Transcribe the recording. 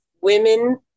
Women